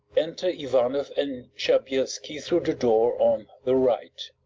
enter ivanoff and shabelski through the door on the right.